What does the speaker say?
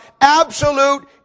absolute